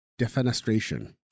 defenestration